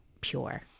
pure